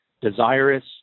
desirous